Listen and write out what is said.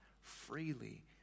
freely